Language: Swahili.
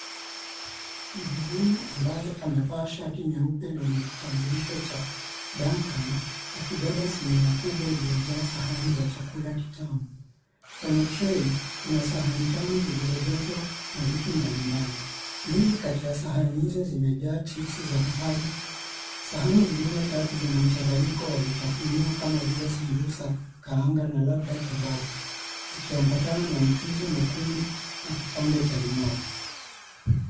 Mhudumu ambaye amevaa shati nyeupe lenye kitambulisho cha Duncan akibeba sinia kubwa iliyojaa sahani za chakula kitamu. Kwenye trei kuna sahani tano zilizojazwa na vitu mbalimbali. Mbili kati ya sahani hizo zimejaa chipsi za dhahabu. Sahani zingine tatu zina mchanganyiko wa vitafunio kama vile sambusa, kaanga na labda kebabu zikiambatana na mchuzi mwekundu na kipande cha limau.